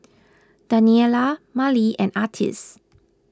Daniela Marley and Artis